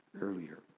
earlier